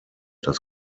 das